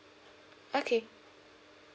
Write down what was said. okay